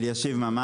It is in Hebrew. שלום.